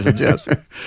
yes